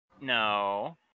No